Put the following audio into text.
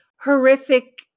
horrific